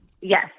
Yes